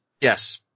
Yes